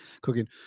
cooking